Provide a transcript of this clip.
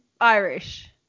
Irish